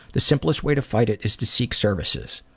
the simplest way to fight it is to seek services.